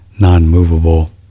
non-movable